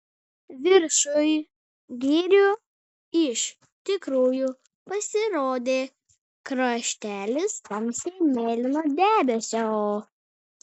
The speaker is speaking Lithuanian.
viršuj girių iš tikrųjų pasirodė kraštelis tamsiai mėlyno debesio